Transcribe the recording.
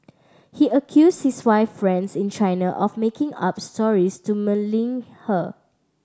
he accused his wife friends in China of making up stories to malign her